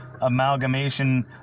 amalgamation